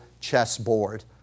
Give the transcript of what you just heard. chessboard